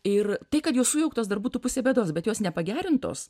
ir tai kad jos sujauktos dar būtų pusė bėdos bet jos nepagerintos